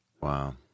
Wow